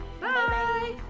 Bye